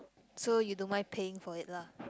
so you don't mind paying for it lah